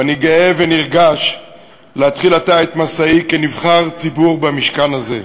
ואני גאה ונרגש להתחיל עתה את מסעי כנבחר ציבור במשכן הזה.